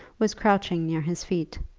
was crouching near his feet.